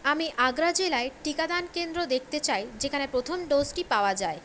আমি আগ্রা জেলায় টিকাদান কেন্দ্র দেখতে চাই যেখানে প্রথম ডোজটি পাওয়া যায়